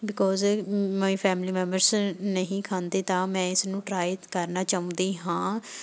because my family members ਨਹੀਂ ਖਾਂਦੇ ਤਾਂ ਮੈਂ ਇਸ ਨੂੰ ਟਰਾਈ ਕਰਨਾ ਚਾਹੁੰਦੀ ਹਾਂ